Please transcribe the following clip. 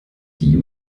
die